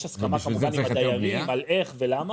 יש הסכמה כמובן עם הדיירים על איך ולמה